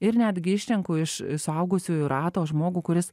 ir netgi išslenku iš suaugusiųjų rato žmogų kuris